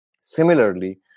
Similarly